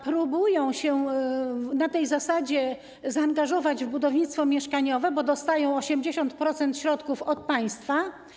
Próbują się na tej zasadzie zaangażować w budownictwo mieszkaniowe, bo dostają 80% środków od państwa.